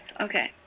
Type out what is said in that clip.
Okay